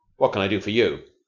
what can i do for you?